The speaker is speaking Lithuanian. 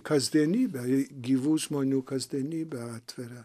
kasdienybę į gyvų žmonių kasdienybę atveria